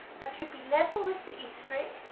that should be level with the e string,